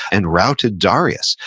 and routed darius.